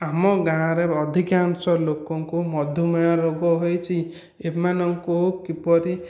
ଆମ ଗାଁରେ ଅଧିକାଂଶ ଲୋକଙ୍କୁ ମଧୁମେହ ରୋଗ ହୋଇଛି ଏମାନଙ୍କୁ କିପରି